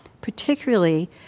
Particularly